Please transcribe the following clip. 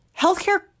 Healthcare